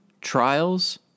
trials